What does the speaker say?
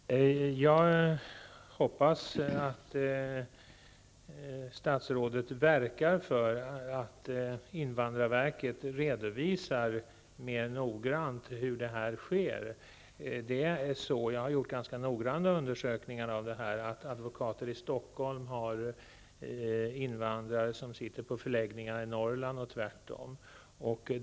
Herr talman! Jag hoppas att statsrådet verkar för att invandrarverket redovisar mer noggrant hur förordnandet av biträden sker. Jag har gjort noggranna undersökningar av hur advokater i Stockholm biträder invandrare som sitter på förläggningar i Norrland och tvärtom.